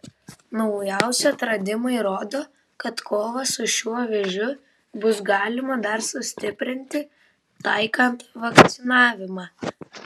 naujausi atradimai rodo kad kovą su šiuo vėžiu bus galima dar sustiprinti taikant vakcinavimą